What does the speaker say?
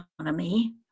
economy